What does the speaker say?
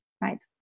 right